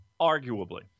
arguably